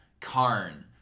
Karn